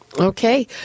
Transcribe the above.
Okay